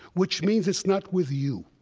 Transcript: which means it's not with you,